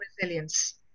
resilience